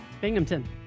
Binghamton